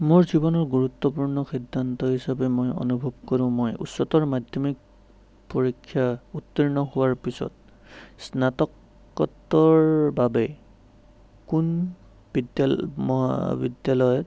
মোৰ জীৱনৰ গুৰুত্বপূৰ্ণ সিদ্ধান্ত হিচাপে মই অনুভৱ কৰোঁ মই উচ্চতৰ মাধ্য়মিক পৰীক্ষা উত্তীৰ্ণ হোৱাৰ পিছত স্নাতকোত্তৰ বাবে কোন বিদ্য়া মহাবিদ্য়ালয়ত